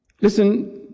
Listen